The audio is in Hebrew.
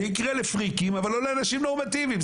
זה יקרה לפריקים, אבל לא לאנשים נורמטיביים.